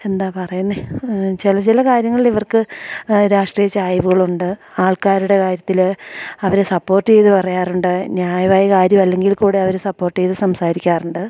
എന്താണ് പറയുന്നത് ചില ചില കാര്യങ്ങളില് ഇവർക്ക് രാഷ്ട്രീയ ചായ്വവുകളുണ്ട് ആൾക്കാരുടെ കാര്യത്തില് അവരെ സപ്പോർട്ട് ചെയ്ത് പറയാറുണ്ട് ന്യായമായ കാര്യമല്ലെങ്കിൽക്കൂടെ അവരെ സപ്പോർട്ട് ചെയ്ത് സംസാരിക്കാറുണ്ട്